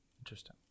Interesting